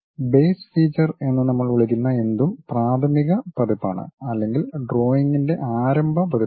base feature എന്ന് നമ്മൾ വിളിക്കുന്ന എന്തും പ്രാഥമിക പതിപ്പാണ് അല്ലെങ്കിൽ ഡ്രോയിംഗിന്റെ ആരംഭ പതിപ്പാണ്